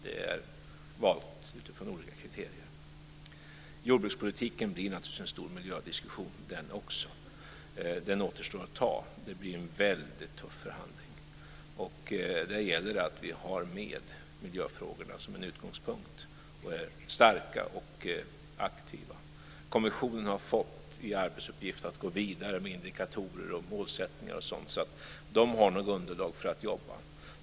De är valda utifrån olika kriterier. Jordbrukspolitiken blir naturligtvis en stor miljödiskussion också. Den återstår att föra. Det blir en väldigt tuff förhandling. Det gäller att vi har miljöfrågorna med som en utgångspunkt och är starka och aktiva. Kommissionen har fått i arbetsuppgift att gå vidare med indikatorer, målsättningar och sådant. De har nog underlag för att jobba.